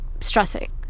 stressing